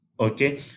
Okay